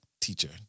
Teacher